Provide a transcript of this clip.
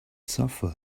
suffer